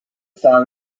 song